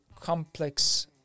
complex